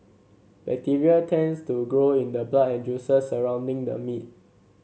bacteria tends to grow in the blood and juices surrounding the meat